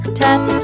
tap